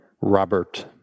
Robert